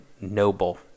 Noble